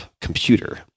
computer